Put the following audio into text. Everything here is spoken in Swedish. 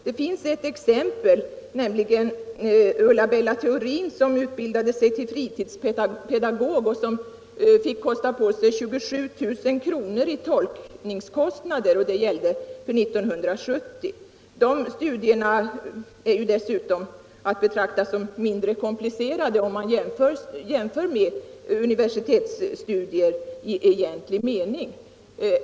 Det finns ett exempel, nämligen Ulla Bella Theorin som utbildade sig till fritidspedagog och fick betala 27 000 kr. i tolkningskostnader. Detta exempel är hämtat från 1970. Dessa studier är dessutom att betrakta som mindre komplicerade jämfört med universitetsstudier i egentlig mening.